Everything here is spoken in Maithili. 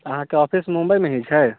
अहाँके ऑफिस मुम्बइमे ही छै